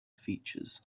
features